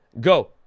Go